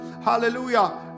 Hallelujah